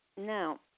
Now